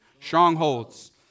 strongholds